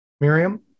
Miriam